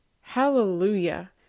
Hallelujah